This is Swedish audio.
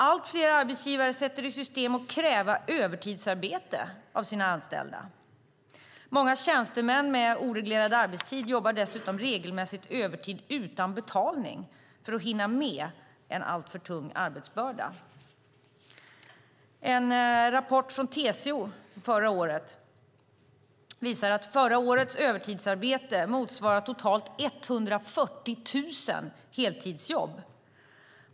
Allt fler arbetsgivare sätter i system att kräva övertidsarbete av sina anställda. Många tjänstemän med oreglerad arbetstid jobbar dessutom regelmässigt övertid utan betalning för att hinna med en alltför tung arbetsbörda. En rapport från TCO visar att förra årets övertidsarbete motsvarar totalt 140 000 heltidsjobb.